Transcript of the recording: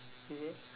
is it